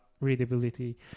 readability